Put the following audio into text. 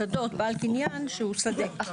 בשדות, בעל קניין שהוא שדה.